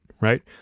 right